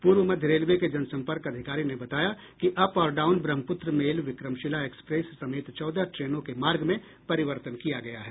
पूर्व मध्य रेलवे के जनसंपर्क अधिकारी ने बताया कि अप और down Brahmaputra mail Vikramshila express समेत चौदह ट्रेनों के मार्ग में परिवर्तन किया गया है